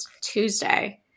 Tuesday